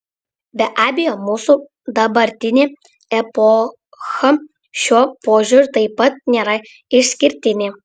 be abejo mūsų dabartinė epocha šiuo požiūriu taip pat nėra išskirtinė